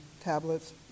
tablets